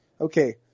Okay